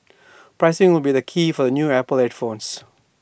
pricing will be the key for the new Apple headphones